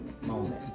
moment